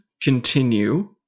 continue